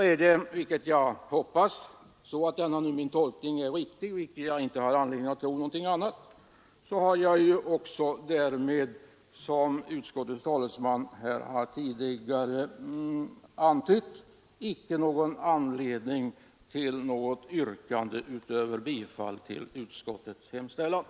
Är min tolkning riktig, och jag har väl inte anledning att tro någonting annat, så har jag, som utskottets talesman tidigare antytt, heller inte anledning att ställa något yrkande utöver bifall till utskottets hemställan.